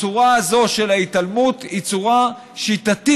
הצורה הזאת של ההתעלמות היא צורה שיטתית,